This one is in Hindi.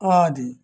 आदि